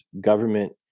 government